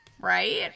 Right